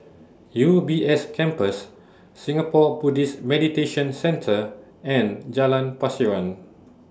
U B S Campus Singapore Buddhist Meditation Centre and Jalan Pasiran